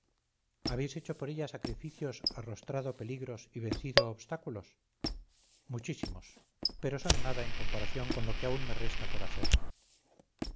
habéis hecho por ella sacrificios arrostrado peligros y vencido obstáculos muchísimos pero son nada en comparación con lo que aún me resta por hacer